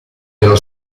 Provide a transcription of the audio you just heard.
dello